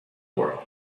world